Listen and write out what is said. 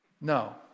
No